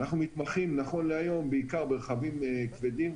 אנחנו מתמחים נכון להיום בעיקר ברכבים כבדים,